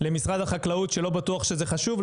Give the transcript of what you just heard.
למשרד החקלאות שלא בטוח שזה חשוב,